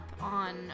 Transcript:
on